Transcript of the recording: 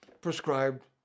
prescribed